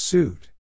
Suit